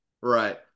right